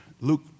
Luke